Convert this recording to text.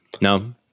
No